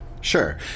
Sure